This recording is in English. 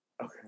Okay